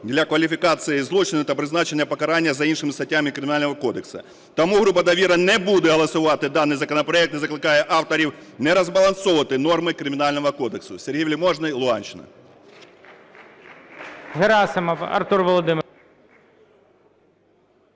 для кваліфікації злочину та призначення покарання за іншими статтями Кримінального кодексу. Тому група "Довіра" не буде голосувати даний законопроект і закликає авторів не розбалансовувати норми Кримінального кодексу. Сергій Вельможний, Луганщина.